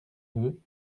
deux